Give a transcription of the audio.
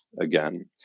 again